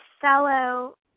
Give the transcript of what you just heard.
fellow